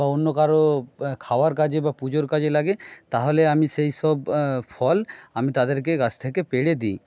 বা অন্য কারও খাওয়ার কাজে বা পুজোর কাজে লাগে তাহলে আমি সেই সব ফল আমি তাদেরকে গাছ থেকে পেড়ে দিই